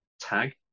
tag